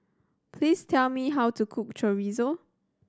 please tell me how to cook Chorizo